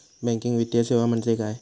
Banking वित्तीय सेवा म्हणजे काय?